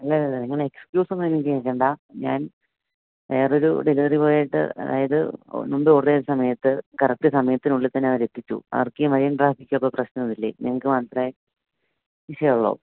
ഇല്ലല്ലല്ല നിങ്ങളുടെ എക്സ്ക്യൂസൊന്നും എനിക്ക് കേള്ക്കേണ്ട ഞാൻ വേറൊരു ഡെലിവറി ബോയിയുമായിട്ട് അതായത് മുമ്പ് ഓർഡര് ചെയ്ത സമയത്ത് കറക്ട് സമയത്തിനുള്ളില് തന്നെ അവരെത്തിച്ചു അവർക്കീ മഴയും ട്രാഫിക്കുമൊക്കെ പ്രശ്നമില്ലേ നിങ്ങള്ക്ക് മാത്രമേ വിഷയമുള്ളൂ